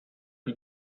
die